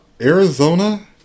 Arizona